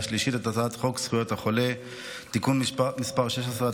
השלישית את הצעת חוק זכויות החולה (תיקון מס' 16),